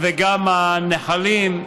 וגם הנחלים,